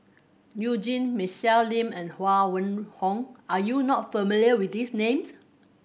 You Jin Michelle Lim and Huang Wenhong are you not familiar with these names